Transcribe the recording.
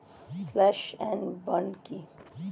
Slash and burn কি?